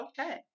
okay